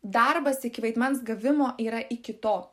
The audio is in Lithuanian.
darbas iki vaidmens gavimo yra iki to